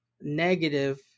negative